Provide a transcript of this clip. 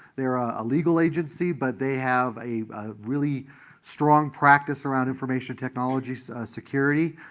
they're ah a legal agency, but they have a really strong practice around information technology security.